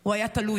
הוא היה תלוי.